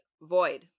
void